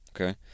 okay